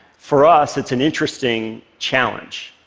for us it's an interesting challenge,